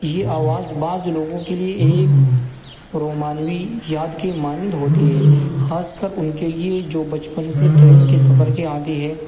یہ آواز بعض لوگوں کے لیے ایک رومانوی یاد کے مانند ہوتی ہے خاص کر ان کے لیے جو بچپن سے ٹرین کے سفر کے عادی ہیں